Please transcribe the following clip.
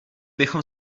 bychom